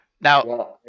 Now